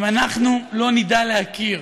אם אנחנו לא נדע להכיר